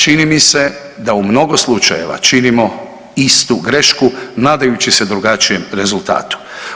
Čini mi se da u mnogo slučajeva činimo istu grešku nadajući se drugačijem rezultatu.